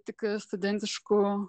tik studentiškų